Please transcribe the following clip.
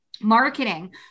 marketing